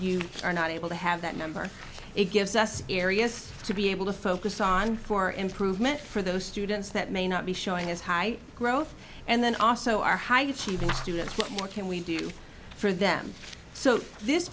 you are not able to have that number it gives us areas to be able to focus on for improvement for those students that may not be showing is high growth and then also our high achieving students what more can we do for them so this